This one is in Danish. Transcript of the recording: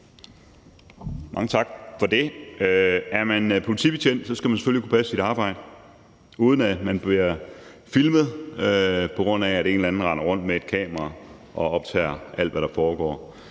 Mange tak for det. Er man politibetjent, skal man selvfølgelig kunne passe sit arbejde, uden at man bliver filmet, på grund af at en eller anden render rundt med et kamera og optager alt, hvad der foregår,